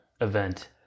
event